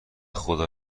بخدا